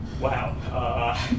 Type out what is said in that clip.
Wow